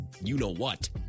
you-know-what